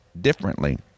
differently